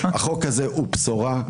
החוק הזה הוא בשורה.